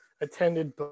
attended